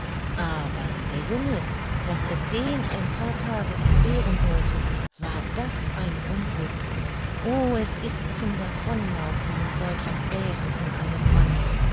aber der junge daß er den ein paar tage entbehren sollte war das ein unglück o es ist zum davonlaufen mit solchem bären von einem manne